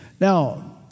Now